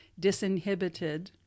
disinhibited